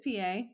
PA